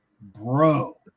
bro